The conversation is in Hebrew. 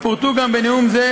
ופורטו גם בנאום זה,